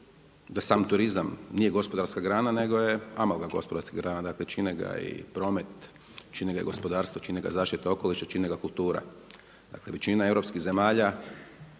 da sam turizam nije gospodarska grana nego je amaga gospodarska grana, dakle čine ga i promet, čine ga i gospodarstvo, čine ga zaštita okoliša, čine ga kulture. Dakle, većina europskih zemalja